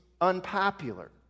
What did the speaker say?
unpopular